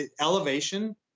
elevation